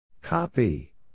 Copy